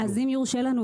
אז אם יורשה לנו,